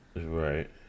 right